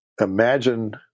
Imagine